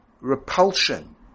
repulsion